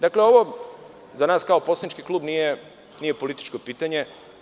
Dakle, ovo za nas kao poslanički klub nije političko pitanje.